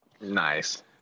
Nice